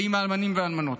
ועם האלמנים והאלמנות.